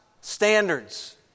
standards